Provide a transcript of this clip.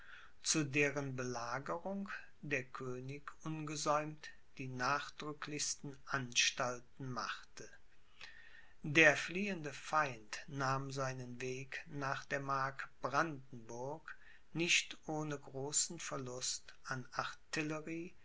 zu deren belagerung der könig ungesäumt die nachdrücklichsten anstalten machte der fliehende feind nahm seinen weg nach der mark brandenburg nicht ohne großen verlust an